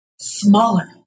Smaller